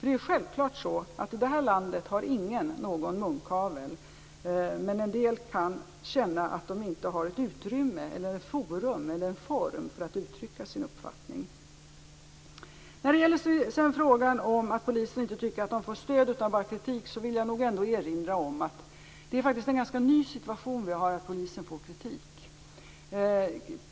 Det är självfallet så att i det här landet är det inte någon som har munkavel, men en del kan känna att de inte har ett utrymme, forum eller en form för att uttrycka sin uppfattning. Det har sagts att poliser inte tycker att de får stöd vid all kritik. Då vill jag ändå erinra om att det är en ganska ny situation att Polisen får kritik.